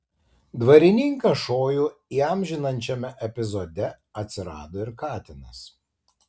dvarininką šojų įamžinančiame epizode atsirado ir katinas